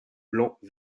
blanc